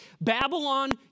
Babylon